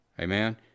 Amen